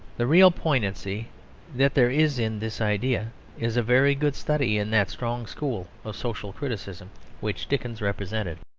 the real poignancy that there is in this idea is a very good study in that strong school of social criticism which dickens represented.